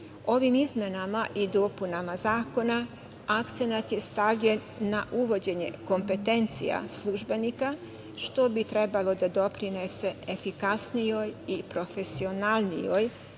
Ovim izmenama i dopunama Zakona akcenat je stavljen na uvođenje kompetencija službenika, što bi trebalo da doprinese efikasnijoj i profesionalnijoj